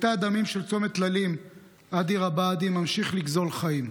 מקטע הדמים של צומת טללים עד עיר הבה"דים ממשיך לגזול חיים.